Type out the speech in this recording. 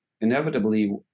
inevitably